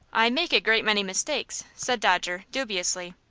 i make a great many mistakes, said dodger, dubiously.